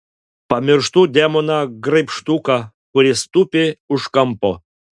pamirštu demoną graibštuką kuris tupi už kampo